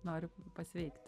noriu pasveikt